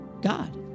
God